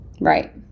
Right